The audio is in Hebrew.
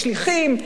שליחים,